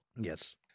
Yes